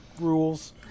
rules